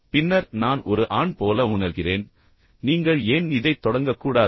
பின்னர் நான் ஒரு ஆண் போல உணர்கிறேன் நீங்கள் ஏன் இதைத் தொடங்கக்கூடாது